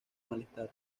malestar